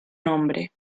nombre